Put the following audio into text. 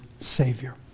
Savior